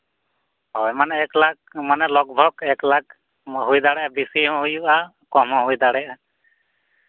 ᱦᱳᱭ ᱢᱟᱱᱮ ᱮᱹᱠ ᱞᱟᱠᱷ ᱢᱟᱱᱮ ᱞᱚᱠ ᱵᱷᱚᱠ ᱮᱹᱠ ᱞᱟᱠᱷ ᱦᱩᱭ ᱫᱟᱲᱮᱭᱟᱜᱼᱟ ᱵᱮᱥᱤ ᱦᱚᱸ ᱦᱩᱭᱩᱜᱼᱟ ᱠᱚᱢ ᱦᱚᱸ ᱦᱩᱭ ᱫᱟᱲᱮᱭᱟᱜᱼᱟ